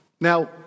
Now